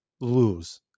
lose